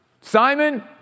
Simon